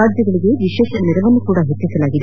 ರಾಜ್ಯಗಳಿಗೆ ವಿಶೇಷ ನೆರವನ್ನು ಸಹ ಹೆಚ್ಚಿಸಲಾಗಿದೆ